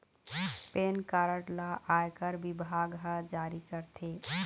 PAN card ल आयकर बिभाग ह जारी करथे